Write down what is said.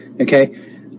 Okay